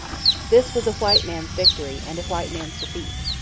this was a white man's victory and a white man's defeat.